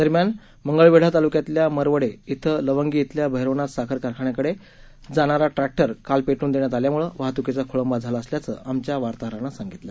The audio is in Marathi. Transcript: दरम्यान मंगळवेढा तालुक्यातल्या मरवडे श्वे लवंगी श्वेल्या भैरवनाथ साखर कारखान्याकडे जाणारा ट्रक्टर काल पेटवून देण्यात आल्यामुळ वाहतुकीचा खोळंबा झाला असल्याचं आमच्या वार्ताहरानं सांगितलं